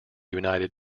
united